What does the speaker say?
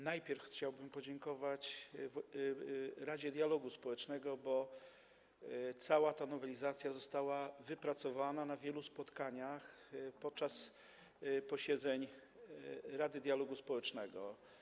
Najpierw chciałbym podziękować Radzie Dialogu Społecznego, bo cała ta nowelizacja została wypracowana na wielu spotkaniach podczas posiedzeń Rady Dialogu Społecznego.